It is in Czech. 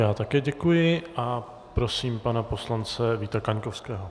Já také děkuji a prosím pana poslance Víta Kaňkovského.